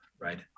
right